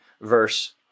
verse